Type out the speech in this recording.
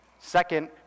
Second